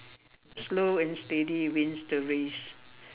slow and steady wins the race